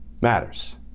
matters